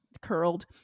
curled